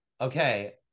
Okay